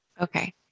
Okay